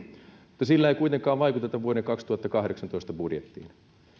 mutta sillä ei kuitenkaan vaikuteta vuoden kaksituhattakahdeksantoista budjettiin